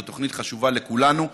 זו תוכנית חשובה לכולנו.